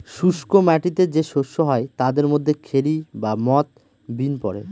শুস্ক মাটিতে যে শস্য হয় তাদের মধ্যে খেরি বা মথ, বিন পড়ে